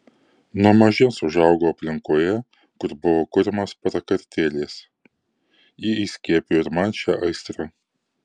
nuo mažens užaugau aplinkoje kur buvo kuriamos prakartėlės ji įskiepijo ir man šią aistrą